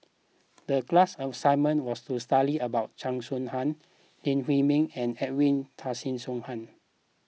the class assignment was to study about Chan Soh Ha Lee Huei Min and Edwin Tessensohn